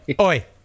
oi